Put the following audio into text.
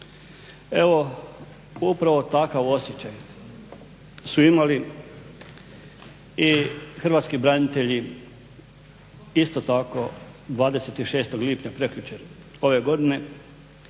Evo upravo takav osjećaj su imali i hrvatski branitelji isto tako 26. lipnja, prekjučer ove godine.